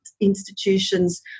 institutions